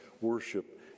worship